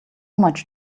much